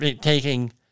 taking